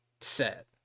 Set